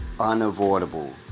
unavoidable